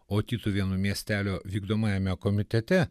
o tytuvėnų miestelio vykdomajame komitete